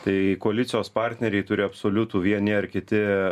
tai koalicijos partneriai turi absoliutų vieni ar kiti